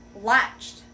Latched